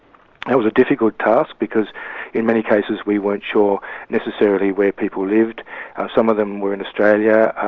that was a difficult task, because in many cases we weren't sure necessarily where people lived some of them were in australia,